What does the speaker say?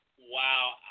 Wow